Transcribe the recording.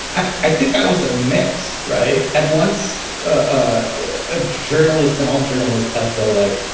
i think i was a mix right at once. ah a journalist and all journalists have the like,